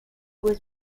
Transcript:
was